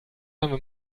haben